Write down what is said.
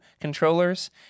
controllers